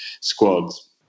squads